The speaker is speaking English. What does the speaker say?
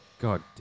God